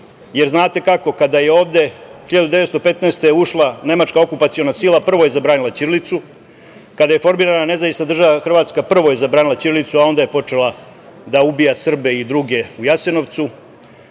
u proceduru. Kada je ovde 1915. godine ušla nemačka okupaciona sila, prvo je zabranila ćirilicu. Kada je formirana Nezavisna Država Hrvatska, prvo je zabranila ćirilicu a onda je počela da ubija Srbe i druge u Jasenovcu.